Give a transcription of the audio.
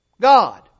God